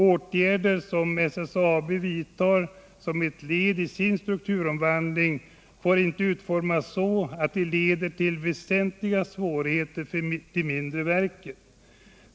Åtgärder som SSAB vidtar som ett led i sin strukturomvandling får inte utformas så, att de leder till väsentliga svårigheter för de mindre verken.